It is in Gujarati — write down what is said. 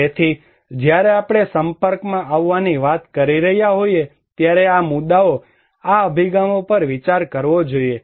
તેથી જ્યારે આપણે સંપર્કમાં આવવાની વાત કરી રહ્યા હોઈએ ત્યારે આ મુદ્દાઓ આ અભિગમો પર વિચાર કરવો જોઇએ